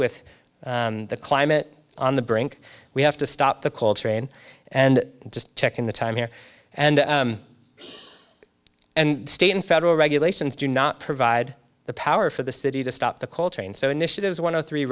with the climate on the brink we have to stop the coltrane and just check in the time here and and state and federal regulations do not provide the power for the city to stop the coltrane so initiatives one of three